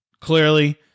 Clearly